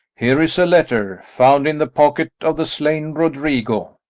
here is a letter found in the pocket of the slain roderigo,